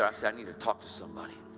ah i i said, i need to talk to somebody!